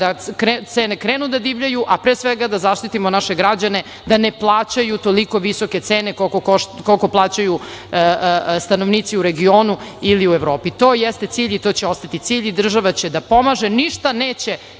kada cene krenu da divljaju, a pre svega da zaštitimo naše građane da ne plaćaju toliko visoke cene koliko plaćaju stanovnici u regionu ili u Evropi. To jeste cilj i to će ostati cilj. Država će da pomaže. Ništa neće